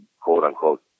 quote-unquote